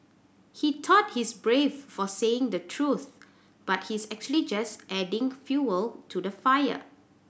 he thought he's brave for saying the truth but he's actually just adding fuel to the fire